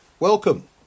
Welcome